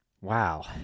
Wow